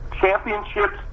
championships